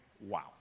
Wow